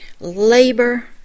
labor